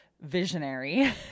visionary